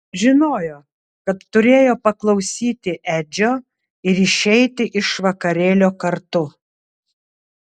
žinojo kad turėjo paklausyti edžio ir išeiti iš vakarėlio kartu